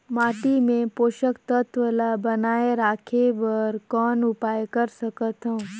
माटी मे पोषक तत्व ल बनाय राखे बर कौन उपाय कर सकथव?